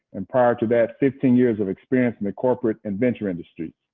and prior to that, fifteen years of experience in the corporate and venture industry.